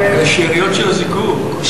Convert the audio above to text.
שאריות של הזיקוק.